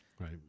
Right